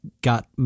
got